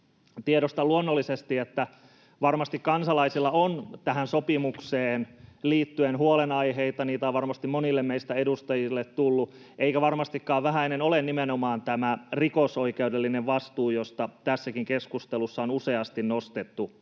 Tiedostan luonnollisesti, että varmasti kansalaisilla on tähän sopimukseen liittyen huolenaiheita, niitä on varmasti monille meille edustajille tullut, eikä varmastikaan vähäinen ole nimenomaan tämä rikosoikeudellinen vastuu, jota tässäkin keskustelussa on useasti nostettu,